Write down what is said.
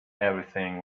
everything